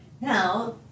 Now